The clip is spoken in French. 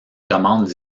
commandes